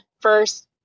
first